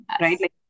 right